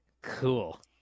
Cool